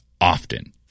often